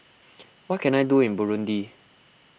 what can I do in Burundi